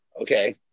Okay